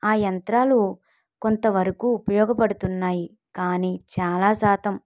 ఆ యంత్రాలు కొంతవరకు ఉపయోగపడుతున్నాయి కానీ చాలా శాతం